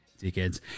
Dickheads